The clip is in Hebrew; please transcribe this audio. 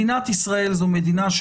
מדינת ישראל זו מדינה,